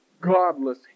godless